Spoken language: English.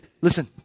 Listen